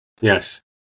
Yes